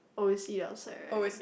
always eat outside right